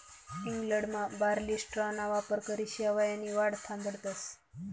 इंग्लंडमा बार्ली स्ट्राॅना वापरकरी शेवायनी वाढ थांबाडतस